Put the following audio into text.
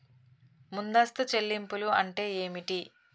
ముందస్తు చెల్లింపులు అంటే ఏమిటి?